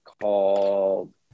called